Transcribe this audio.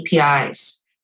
APIs